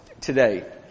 today